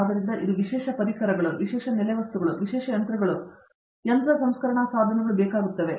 ಆದ್ದರಿಂದ ಇದು ವಿಶೇಷ ಪರಿಕರಗಳು ವಿಶೇಷ ನೆಲೆವಸ್ತುಗಳು ವಿಶೇಷ ಯಂತ್ರಗಳು ವಿಶೇಷ ಯಂತ್ರ ಸಂಸ್ಕರಣಾ ಸಾಧನಗಳು ಹೀಗೆ ಬೇಕಾಗುತ್ತದೆ